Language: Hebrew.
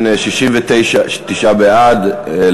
התשע"ג 2013,